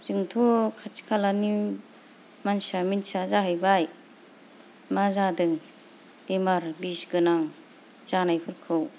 जोंथ' खाथि खालानि मानसिया मिथिया जाहैबाय मा जादों बेमार बिस गोनां जानायफोरखौ